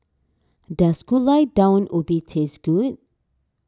does Gulai Daun Ubi taste good